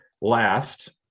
Last